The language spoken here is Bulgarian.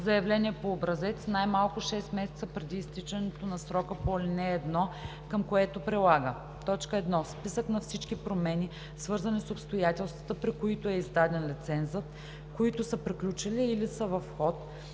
заявление по образец най-малко 6 месеца преди изтичането на срока по ал. 1, към което прилага: 1. списък на всички промени, свързани с обстоятелствата, при които е издаден лицензът, които са приключили или са в ход,